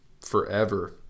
forever